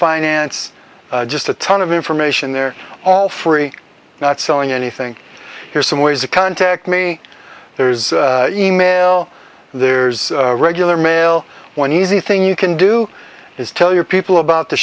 finance just a ton of information they're all free not selling anything here's some ways to contact me there's e mail there's regular mail when easy thing you can do is tell your people about the